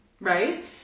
right